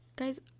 guys